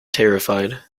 terrified